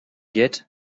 yet